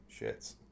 shits